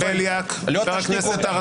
בהונגריה ובפולין כבר מבינים.